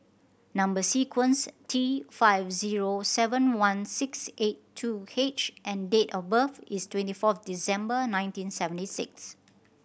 number sequence T five zero seven one six eight two H and date of birth is twenty fourth December nineteen seventy six